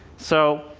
so,